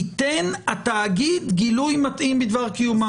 ייתן התאגיד גילוי מתאים בדבר קיומם".